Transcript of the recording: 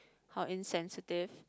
how insensitive